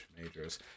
majors